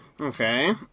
Okay